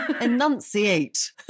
Enunciate